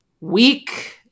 weak